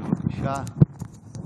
בבקשה.